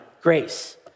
grace